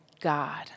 God